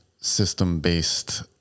system-based